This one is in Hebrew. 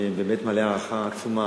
אני באמת מלא הערכה עצומה